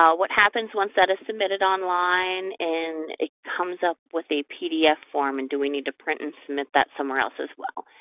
what happens once that is submitted online and it comes up with a pdf form, and do we need to print and submit that somewhere else as well?